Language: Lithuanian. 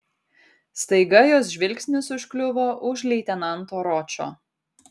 staiga jos žvilgsnis užkliuvo už leitenanto ročo